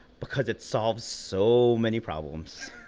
because it solves so many problems.